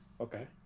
Okay